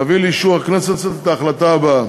להביא לאישור הכנסת את ההחלטה הבאה: